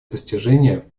достижения